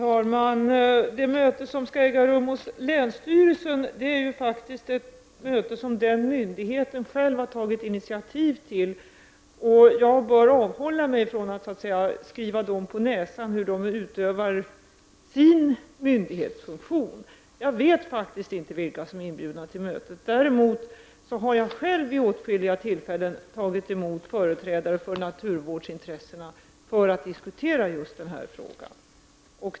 Fru talman! Det möte som skall äga rum på länsstyrelsen är ett möte som myndigheten själv har tagit initiativ till. Jag bör avhålla mig från att så att säga skriva den myndigheten på näsan hur den skall utöva sin myndighetsfunktion. Jag vet faktiskt inte vilka som är inbjudna till mötet. Däremot har jag själv vid åtskilliga tillfällen tagit emot företrädare för naturvårdsintressen för att diskutera just denna fråga.